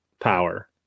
power